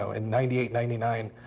so in ninety eight, ninety nine,